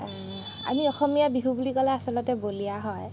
আমি অসমীয়া বিহু বুলি ক'লে আচলতে বলিয়া হয়